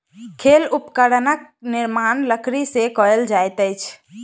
खेल उपकरणक निर्माण लकड़ी से कएल जाइत अछि